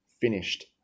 finished